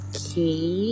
Okay